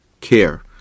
care